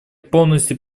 полностью